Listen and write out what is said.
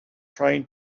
trying